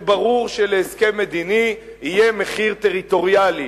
שברור שלהסכם מדיני יהיה מחיר טריטוריאלי.